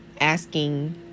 asking